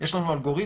יש לנו אלגוריתם,